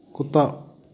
ਕੁੱਤਾ